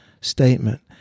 statement